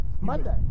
Monday